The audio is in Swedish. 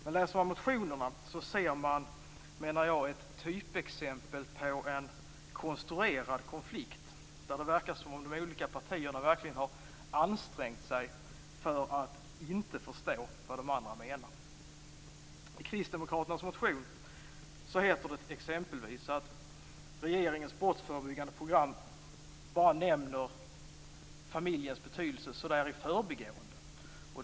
Men i motionerna ser man ett typexempel på en konstruerad konflikt. Där verkar det som att de olika partierna verkligen har ansträngt sig för att inte förstå vad de andra menar. I Kristdemokraternas motion heter det exempelvis att regeringens brottsförebyggande program bara nämner familjens betydelse i förbigående.